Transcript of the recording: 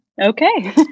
Okay